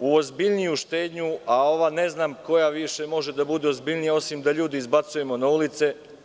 u ozbiljniju štednju, a ova ne znam koja više može da bude ozbiljnija osim da ljude izbacujemo na ulice.